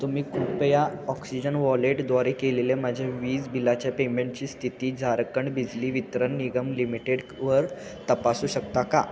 तुम्ही कृपया ऑक्सिजन वॉलेटद्वारे केलेल्या माझ्या वीज बिलाच्या पेमेंटची स्थिती झारखंड बिजली वितरण निगम लिमिटेडवर तपासू शकता का